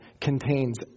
contains